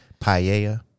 Paella